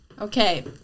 Okay